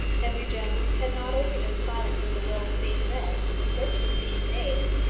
henry jones had not only been silent when the will was being read, when the search was being made,